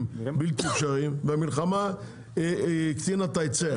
בלתי אפשריים והמלחמה הקצינה את ההיצע.